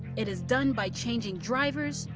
it is done by changing drivers,